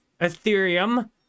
Ethereum